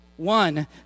One